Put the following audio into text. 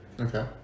Okay